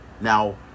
Now